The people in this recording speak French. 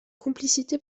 complicité